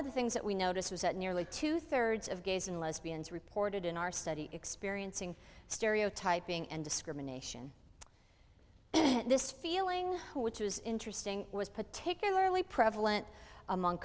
of the things that we noticed was that nearly two thirds of gays and lesbians reported in our study experiencing stereotyping and discrimination and this feeling which was interesting was particularly prevalent among